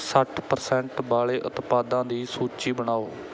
ਸੱਠ ਪਰਸੈਂਟ ਵਾਲੇ ਉਤਪਾਦਾਂ ਦੀ ਸੂਚੀ ਬਣਾਓ